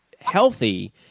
healthy